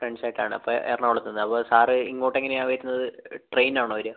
friends ആയിട്ടാണ് അപ്പം എറണാകുളത്തുന്ന് അപ്പം സാറ് ഇങ്ങോട്ട് എങ്ങനെയാണ് വരുന്നത് ട്രെയിനിനാണോ വരുക